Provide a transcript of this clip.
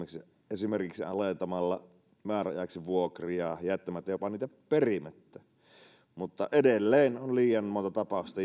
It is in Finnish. esimerkiksi alentamalla määräajaksi vuokria tai jättämällä niitä jopa perimättä mutta edelleen on liian monta tapausta